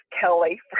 Kelly